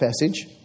passage